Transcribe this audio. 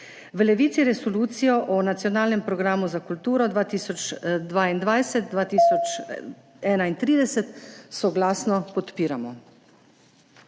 V Levici Resolucijo o nacionalnem programu za kulturo 2022–2031 soglasno podpiramo.